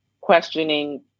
questioning